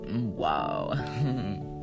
wow